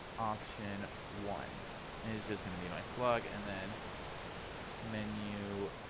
option one and it's just going to be my slug, and then menu.